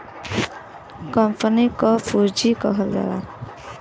company क पुँजी कहल जाला